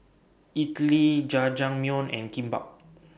Idili Jajangmyeon and Kimbap